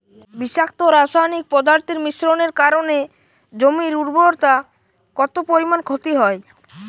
বিষাক্ত রাসায়নিক পদার্থের মিশ্রণের কারণে জমির উর্বরতা কত পরিমাণ ক্ষতি হয়?